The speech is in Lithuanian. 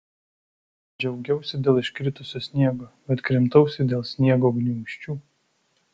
džiaugiausi dėl iškritusio sniego bet krimtausi dėl sniego gniūžčių